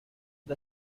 the